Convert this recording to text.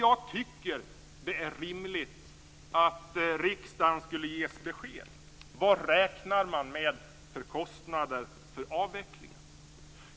Jag tycker att det är rimligt att riksdagen skall ges besked om vilka kostnader man räknar med för avvecklingen.